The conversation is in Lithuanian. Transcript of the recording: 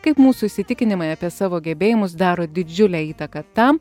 kaip mūsų įsitikinimai apie savo gebėjimus daro didžiulę įtaką tam